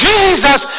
Jesus